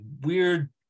weird